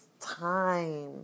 time